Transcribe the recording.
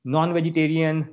Non-vegetarian